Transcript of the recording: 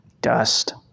Dust